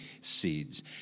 seeds